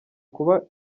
kuba